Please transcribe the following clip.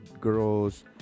girls